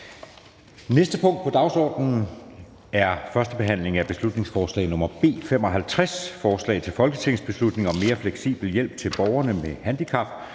(Fremsættelse 14.03.2023). 2) 1. behandling af beslutningsforslag nr. B 55: Forslag til folketingsbeslutning om mere fleksibel hjælp til borgere med handicap